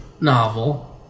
novel